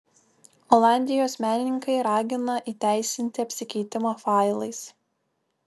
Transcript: olandijos menininkai ragina įteisinti apsikeitimą failais